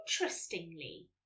interestingly